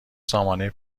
سامانه